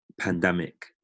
pandemic